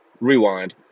rewind